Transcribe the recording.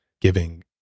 giving